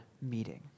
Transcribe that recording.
meeting